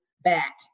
back